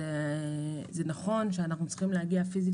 זה נכון שאנחנו צריכים להגיע פיזית